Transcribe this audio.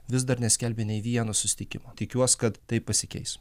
vis dar neskelbia nei vieno susitikimo tikiuos kad tai pasikeis